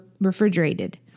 refrigerated